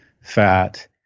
fat